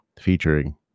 featuring